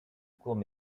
courts